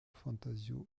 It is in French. fantasio